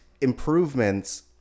improvements